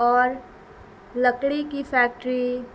اور لکڑی کی فیکٹری